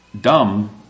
dumb